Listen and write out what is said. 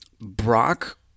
Brock